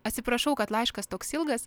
atsiprašau kad laiškas toks ilgas